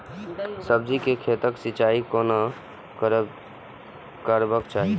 सब्जी के खेतक सिंचाई कोना करबाक चाहि?